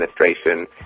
administration